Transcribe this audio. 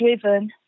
driven